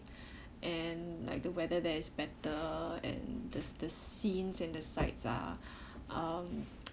and like the weather there is better and the the scenes and the sites are um